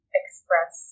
express